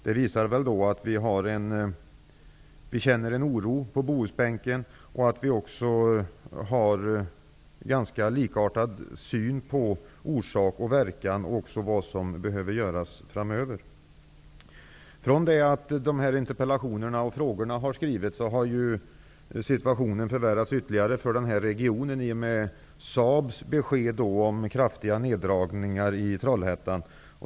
Det visar att vi känner en oro på Bohusbänken och att vi också har en ganska likartad syn på orsak och verkan och vad som behöver göras framöver. Från det att dessa interpellationer och frågor har skrivits har situationen förvärrats ytterligare för den här regionen i och med Saabs besked om kraftiga nerdragningar i Trollhättan.